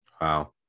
Wow